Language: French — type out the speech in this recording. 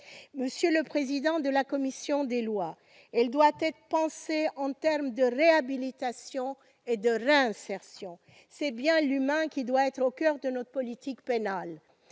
Monsieur le président de la commission des lois, elle doit être pensée en termes de réhabilitation et de réinsertion. C'est bien l'humain qui doit être au coeur de notre politique pénale.